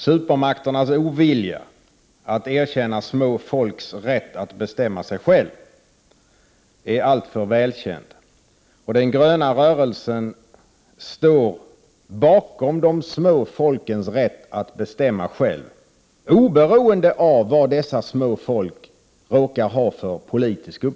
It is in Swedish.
Supermakternas ovilja att erkänna små folks rätt att bestämma över sig själva är alltför välkänd. Den gröna rörelsen står bakom de små folkens rätt att bestämma själva oberoende av vilken politisk uppfattning dessa små folk råkar ha.